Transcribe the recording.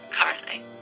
currently